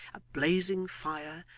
a blazing fire,